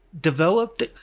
developed